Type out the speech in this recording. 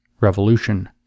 revolution